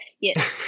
yes